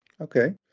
Okay